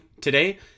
today